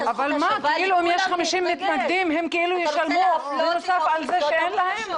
אם יש 50 מתנגדים הם ישלמו בנוסף על זה שאין להם?